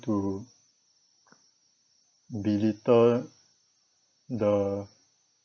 to belittle the